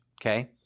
okay